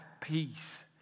peace